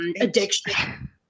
addiction